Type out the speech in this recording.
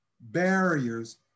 barriers